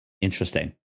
Interesting